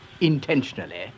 intentionally